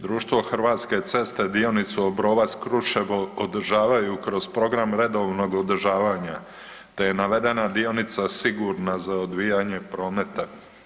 Društvo Hrvatske ceste dionicu Obrovac-Kruševo održavaju kroz program redovnog održavanja te je navedena dionica sigurna za odvijanje prometa.